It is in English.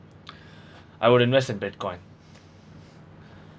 I would invest in bitcoin